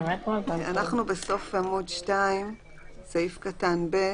אנחנו בסוף עמוד 2 סעיף קטן (ב):